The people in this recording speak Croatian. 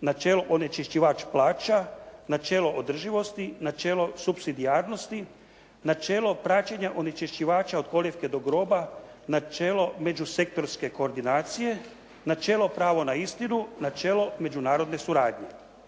načelo onečišćivač plaća, načelo održivosti, načelo subsidijarnosti, načelo praćenja onečišćivača od kolijevke do groba, načelo međusektorske koordinacije, načelo pravo na istinu, načelo međunarodne suradnje.